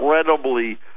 incredibly